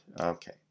Okay